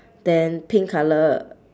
then pink colour